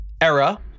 era